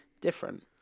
different